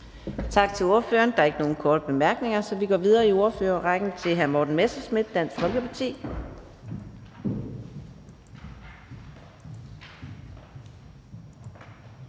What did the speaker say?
Tak til ordføreren. Der er ikke nogen korte bemærkninger, så vi går videre i ordførerrækken til hr. Morten Messerschmidt, Dansk Folkeparti.